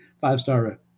five-star –